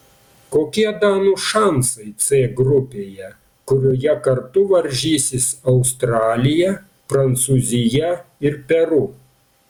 kokie danų šansai c grupėje kurioje kartu varžysis australija prancūzija ir peru